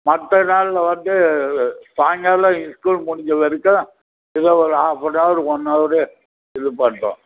மற்ற நாளில் வந்து சாயங்காலம் இஸ்கூல் முடிஞ்ச வரைக்கும் ஏதோ ஒரு ஆஃப் ஆன் அவர் ஒன் அவரே இது பண்ணுறோம்